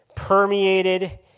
permeated